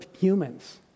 humans